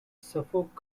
suffolk